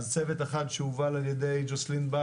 אז צוות אחד שהובל על ידי ג'וסלין בש